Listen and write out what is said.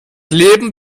leben